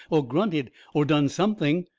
or grunted, or done something,